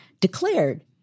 declared